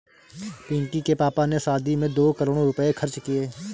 पिंकी के पापा ने शादी में दो करोड़ रुपए खर्च किए